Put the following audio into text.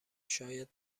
شاید